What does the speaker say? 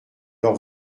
leur